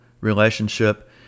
relationship